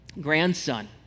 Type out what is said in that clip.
grandson